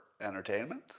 entertainment